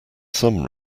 some